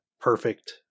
perfect